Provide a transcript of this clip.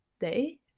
day